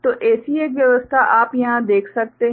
तो ऐसी एक व्यवस्था आप यहाँ देख सकते हैं